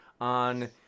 on